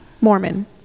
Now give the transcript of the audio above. Mormon